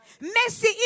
Mercy